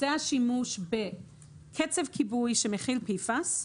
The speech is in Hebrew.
זה השימוש בקצף כיבוי שמכיל PFAS,